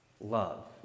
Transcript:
love